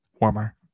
Warmer